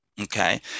Okay